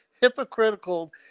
hypocritical